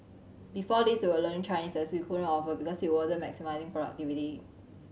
before this they were learning Chinese as we couldn't offer because it wasn't maximising productivity